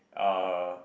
uh